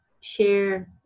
share